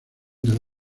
del